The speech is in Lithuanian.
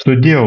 sudieu